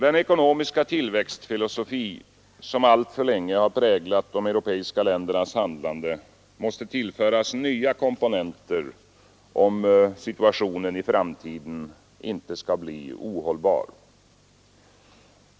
Den ekonomiska tillväxtfilosofi som alltför länge präglat de europeiska ländernas handlande måste tillföras nya komponenter om situationen i framtiden inte skall bli ohållbar.